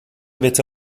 witte